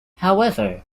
however